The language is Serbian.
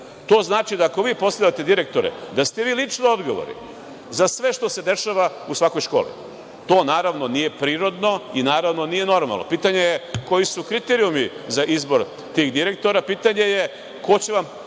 znači da, ako vi postavljate direktore, da ste vi lično odgovorni za sve što se dešava u svakoj školi. To, naravno, nije prirodno i nije normalno. Pitanje je koji su kriterijumi za izbor tih direktora i pitanje je ko će vam